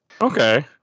okay